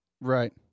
Right